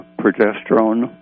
progesterone